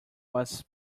was